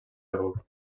grup